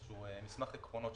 מסמך עקרונות,